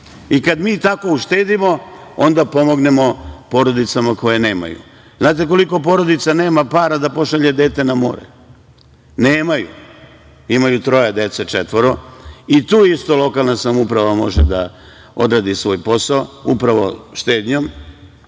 I kada mi tako uštedimo, onda pomognemo porodicama koje nemaju. Znate koliko porodica nema para da pošalje dete na more? Nemaju, imaju troje dece, četvoro, i tu isto lokalna samouprava može da odradi svoj posao, upravo štednjom.